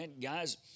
Guys